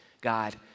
God